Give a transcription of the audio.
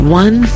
one